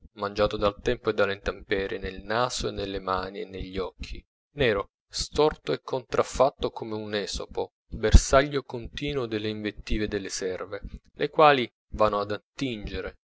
mangiato dal tempo e dalle intemperie nel naso e nelle mani e negli occhi nero storto e contraffatto come un esopo bersaglio continuo delle invettive delle serve le quali vanno ad attingere